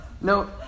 No